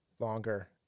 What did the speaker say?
longer